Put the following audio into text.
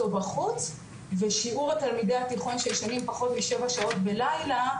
או בחוץ ושיעור תלמידי התיכון שישנים פחות משבע שעות בלילה,